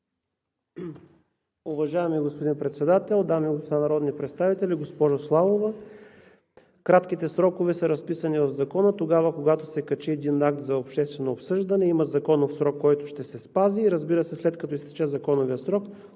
Уважаеми господин Председател, дами и господа народни представители! Госпожо Славова, кратките срокове са разписани в Закона. Когато един акт се качи за обществено обсъждане, има законов срок, който ще се спази, и, разбира се, след като изтече законовият срок,